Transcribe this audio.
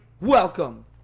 welcome